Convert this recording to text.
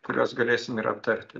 kuriuos galėsim ir aptarti